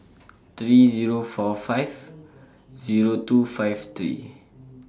three Zero four five Zero two five three